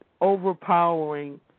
overpowering